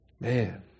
man